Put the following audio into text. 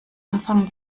anfangen